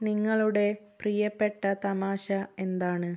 നിങ്ങളുടെ പ്രിയപ്പെട്ട തമാശ എന്താണ്